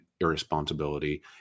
irresponsibility